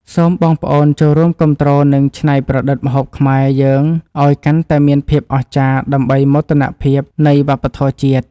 សូមបងប្អូនចូលរួមគាំទ្រនិងច្នៃប្រឌិតម្ហូបខ្មែរយើងឱ្យកាន់តែមានភាពអស្ចារ្យដើម្បីមោទនភាពនៃវប្បធម៌ជាតិ។